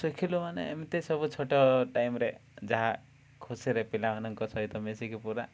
ଶୁଖିଲୁ ମାନେ ଏମ୍ତି ସବୁ ଛୋଟ ଟାଇମ୍ରେ ଯାହା ଖୁସିରେ ପିଲାମାନଙ୍କ ସହିତ ମିଶିକି ପୁରା